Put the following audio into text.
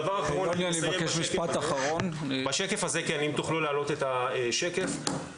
דני זקן הזכיר שגז זה עניין של שנים בגלל פיתוח תשתיות וזו בדיוק